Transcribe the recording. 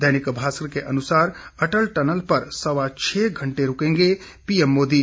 दैनिक भास्कर के अनुसार अटल टनल पर सवा छह घंटे रूकेंगे पीएम मोदी